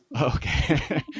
Okay